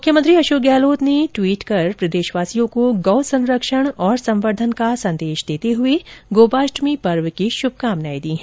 मुख्यमंत्री अशोक गहलोत ने ट्वीट कर प्रदेशवासियों को गो संरक्षण और संवर्धन का संदेश हुए गोपाष्टमी पर्व की श्भकामनाएं दी हैं